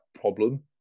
problem